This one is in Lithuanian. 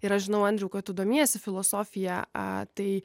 ir aš žinau andriau kad tu domiesi filosofija a tai